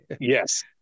yes